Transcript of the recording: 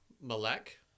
Malek